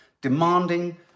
demanding